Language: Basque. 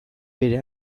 bere